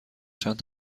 چند